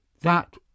That